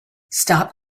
stop